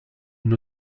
une